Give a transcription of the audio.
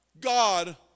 God